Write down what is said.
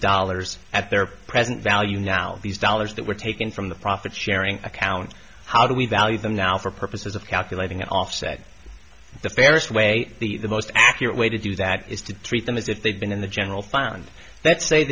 dollars at their present value now these dollars that were taken from the profit sharing account how do we value them now for purposes of calculating an offset the fairest way the most accurate way to do that is to treat them as if they've been in the general fund